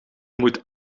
moet